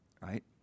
right